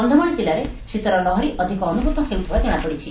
କକ୍ଷମାଳ ଜିଲ୍ଲାରେ ଶୀତର ଲହରୀ ଅଧିକ ଅନୁଭୂତ ହେଉଥିବା ଜଶାପଡିଛି